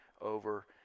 over